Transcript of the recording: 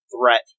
threat